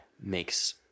makes